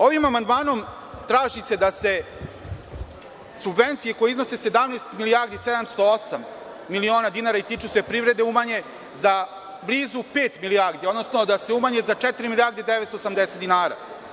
Ovim amandmanom traži se da se subvencije koje iznose 17 milijarde i 708 miliona dinara, a tiču se privrede, umanje za blizu pet milijardi, odnosno da se umanje za četiri milijarde i 980 dinara.